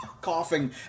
coughing